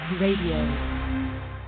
Radio